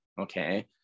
okay